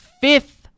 fifth